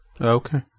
Okay